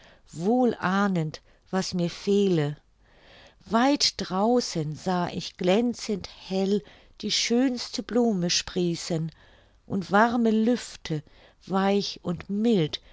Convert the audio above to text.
wohl ahnend was mir fehle weit draußen sah ich glänzend hell die schönste blume sprießen und warme lüfte weich und mild